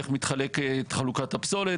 איך מתחלקת חלוקת הפסולת,